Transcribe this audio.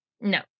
No